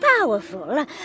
powerful